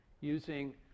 using